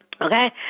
okay